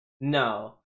no